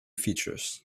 features